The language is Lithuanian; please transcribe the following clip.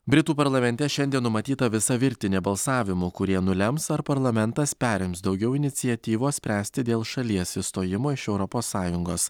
britų parlamente šiandien numatyta visa virtinė balsavimų kurie nulems ar parlamentas perims daugiau iniciatyvos spręsti dėl šalies išstojimo iš europos sąjungos